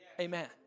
Amen